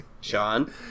Sean